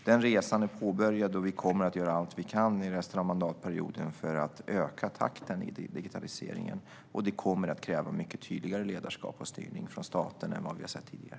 Denna resa är påbörjad, och vi kommer att göra allt vi kan under resten av mandatperioden för att öka takten i digitaliseringen. Detta kommer att kräva mycket tydligare ledarskap och styrning från staten än vad vi har sett tidigare.